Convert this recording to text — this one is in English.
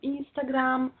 Instagram